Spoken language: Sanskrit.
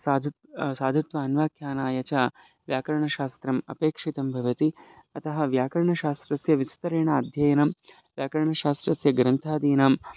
साधुः साधुत्वम् अन्वाख्यानाय च व्याकरणशास्त्रम् अपेक्षितं भवति अतः व्याकरणशास्त्रस्य विस्तरेण अध्ययनं व्याकरणशास्त्रस्य ग्रन्थादीनाम्